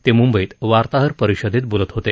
ते मुंबईत वार्ताहर परिषदेत बोलत होते